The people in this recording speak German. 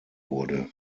wurde